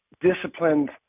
disciplined